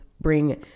bring